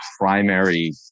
primary